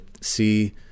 see